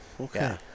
Okay